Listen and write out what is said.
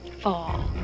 fall